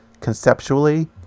conceptually